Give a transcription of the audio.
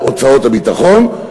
על הוצאות הביטחון,